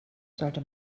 sollte